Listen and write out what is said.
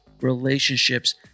relationships